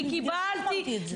אני קיבלתי,